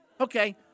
Okay